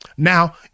Now